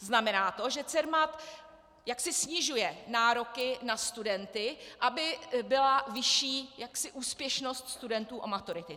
Znamená to, že Cermat jaksi snižuje nároky na studenty, aby byla vyšší úspěšnost studentů u maturity.